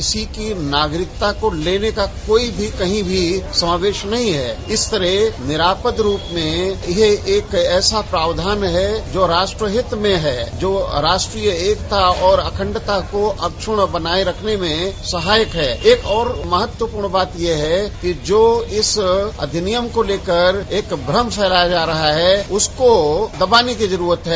किसी की नागरिकता को लेने का कोई भी कहीं भी समावेश नहीं है इस तरह निरापद रूप से यह एक ऐसा प्राविधान है जो राष्ट्रहित में है जो राष्ट्रीय एकता और अखण्डता को अक्षुण्य बनाये रखने में सहायक है एक और महत्वपूर्ण बात यह है कि जो इस अधिनियम को लेकर एक भ्रम फैलाये जा रहा है उसको दबाने की जरूरत है